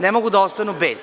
Ne mogu da ostanu bez.